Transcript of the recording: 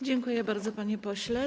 Dziękuję bardzo, panie pośle.